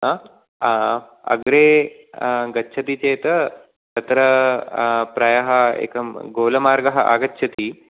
अग्रे गच्छति चेत् तत्र प्रायः एकं गोलमार्गः आगच्छति